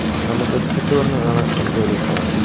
നമുക്ക് കിട്ടുമെന്ന് ആണ് എൻ്റെ ഒരു തോന്നൽ